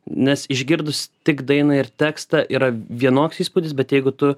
nes išgirdus tik dainą ir tekstą yra vienoks įspūdis bet jeigu tu